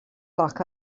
luck